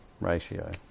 ratio